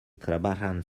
trabajan